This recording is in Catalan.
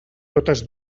totes